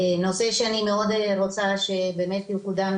נושא שאני רוצה מאוד שבאמת יקודם,